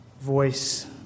voice